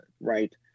Right